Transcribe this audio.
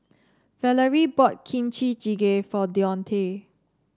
Valorie bought Kimchi Jjigae for Deontae